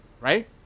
right